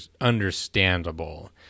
understandable